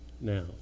now